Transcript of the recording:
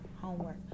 homework